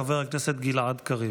חבר הכנסת גלעד קריב.